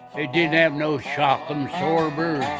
they didn't have no shock absorbers.